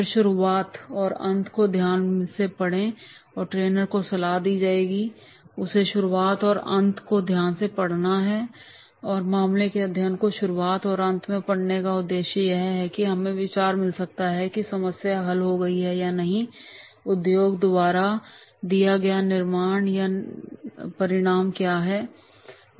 फिर शुरुआत और अंत को ध्यान से पढ़ें और ट्रेनर को सलाह दी जाएगी कि उसे शुरुआत और अंत को ध्यान से पढ़ना होगा मामले के अध्ययन को शुरुआत और अंत में पढ़ने का उद्देश्य यह है कि हमें विचार मिल सकता है कि समस्या हल हो गई है या नहीं और उद्योग द्वारा लिए गए निर्णयों के परिणाम क्या हैं